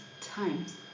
times